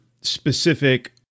specific